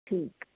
ਠੀਕ